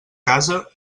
casa